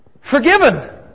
Forgiven